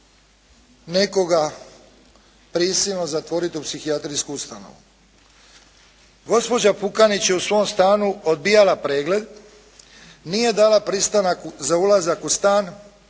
nekoga prisilno zatvori u psihijatrijsku ustanovu. Gospođa Pukanić je u svom stanu odbijala pregled. Nije dala pristanak za ulazak u stan,